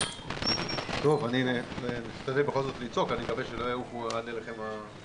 ואני מדבר עם מנהלי בתי